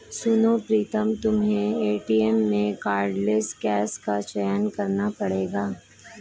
सुनो प्रीतम तुम्हें एटीएम में कार्डलेस कैश का चयन करना पड़ेगा